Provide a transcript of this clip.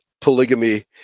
polygamy